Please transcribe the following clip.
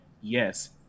yes